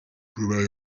kurwanya